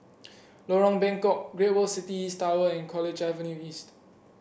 Lorong Bengkok Great World City East Tower and College Avenue East